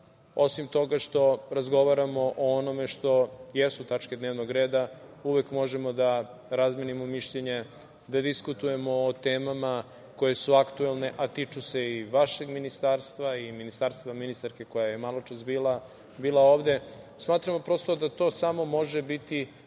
osim toga što razgovaramo o onome što jesu tačke dnevnog reda, uvek možemo da razmenimo mišljenje, da diskutujemo o temama koje su aktuelne, a tiču se i vašeg ministarstva i ministarstva ministarke koja je maločas bila ovde. Smatram prosto da to samo može biti